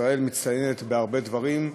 ישראל מצטיינת בהרבה דברים,